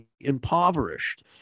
impoverished